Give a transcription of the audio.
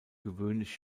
gewöhnlich